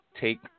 take